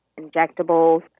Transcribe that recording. injectables